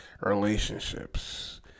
Relationships